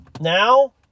Now